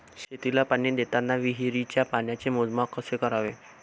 शेतीला पाणी देताना विहिरीच्या पाण्याचे मोजमाप कसे करावे?